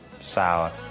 sour